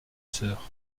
sœur